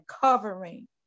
covering